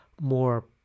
more